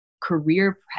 career